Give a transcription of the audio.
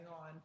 on